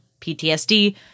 PTSD